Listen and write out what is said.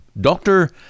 Doctor